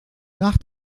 nach